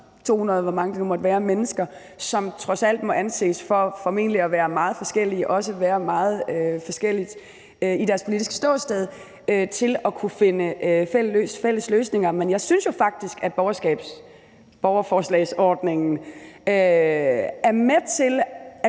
mennesker, som trods alt må anses for formentlig at være meget forskellige, også meget forskellige i deres politiske ståsted, kunne finde fælles løsninger. Men jeg synes jo faktisk, at borgerforslagsordningen er med til at